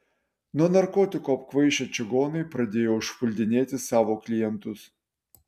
nuo narkotikų apkvaišę čigonai pradėjo užpuldinėti savo klientus